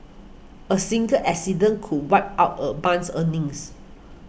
a single accident could wipe out a month's earnings